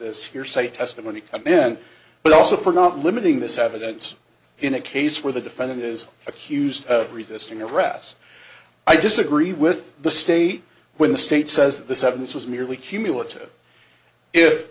this hearsay testimony come in but also for not limiting the servants in a case where the defendant is accused of resisting arrest i disagree with the state when the state says the substance was merely cumulative i